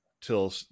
till